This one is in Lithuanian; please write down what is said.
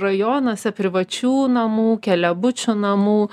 rajonuose privačių namų keliabučių namų